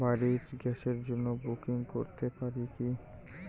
বাড়ির গ্যাসের জন্য বুকিং করতে পারি কি?